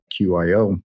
QIO